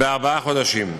בארבעה חודשים.